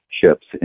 ships